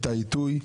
את העיתוי,